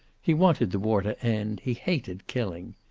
he wanted the war to end he hated killing.